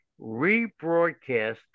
rebroadcast